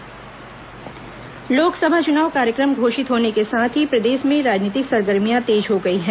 भाजपा कांग्रेस बैठक लोकसभा चुनाव कार्यक्रम घोषित होने के साथ ही प्रदेश में राजनीतिक सरगर्मियां तेज हो गई हैं